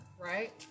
right